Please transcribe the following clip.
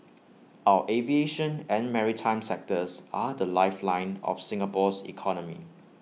our aviation and maritime sectors are the lifeline of Singapore's economy